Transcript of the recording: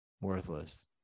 worthless